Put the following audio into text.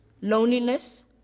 loneliness